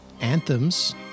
anthems